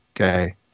Okay